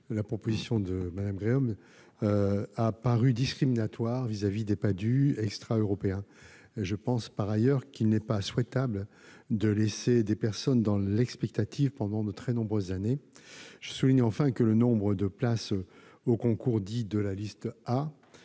proposé par Mme Gréaume me paraît discriminatoire vis-à-vis des Padhue extra-européens Par ailleurs, je pense qu'il n'est pas souhaitable de laisser des personnes dans l'expectative pendant de très nombreuses années. Je souligne enfin que le nombre de places au concours dit de la liste A